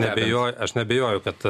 neabejoju aš neabejoju kad